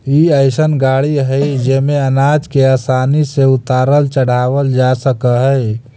ई अइसन गाड़ी हई जेमे अनाज के आसानी से उतारल चढ़ावल जा सकऽ हई